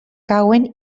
cauen